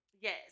Yes